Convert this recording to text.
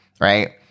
right